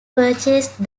purchased